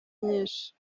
nyinshi